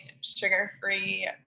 sugar-free